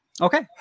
Okay